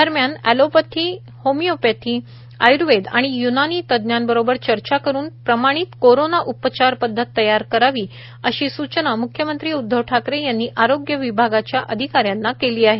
दरम्यान allopathy homeopathy Ayurveda आणि य्नानी तज्ञांबरोबर चर्चा करून प्रमाणित कोरोना उपचार पद्धत तयार करावी अशी सूचना म्ख्यमंत्री उद्धव ठाकरे यांनी आरोग्य विभागाच्या अधिकाऱ्यांना केली आहे